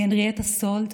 מהנרייטה סאלד,